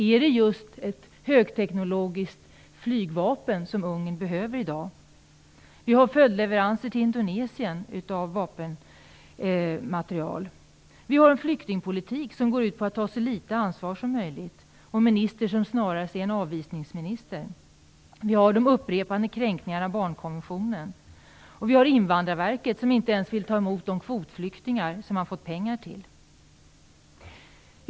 Är det just ett högteknologiskt flygvapen som Ungern behöver i dag? Vi har följdleveranser till Indonesien av vapenmaterial. Vi har en flyktingpolitik som går ut på att ta så litet ansvar som möjligt och en minister som snarare är en avvisningsminister. Vi har de upprepade kränkningarna av Barnkonventionen. Vi har ett invandarverk som inte ens vill ta emot de kvotflyktingar som man fått pengar för.